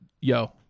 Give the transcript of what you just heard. yo